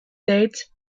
dates